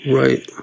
right